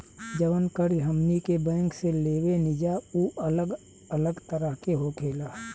जवन कर्ज हमनी के बैंक से लेवे निजा उ अलग अलग तरह के होखेला